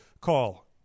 call